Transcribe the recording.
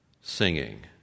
singing